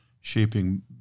shaping